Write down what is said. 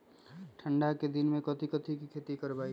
ठंडा के दिन में कथी कथी की खेती करवाई?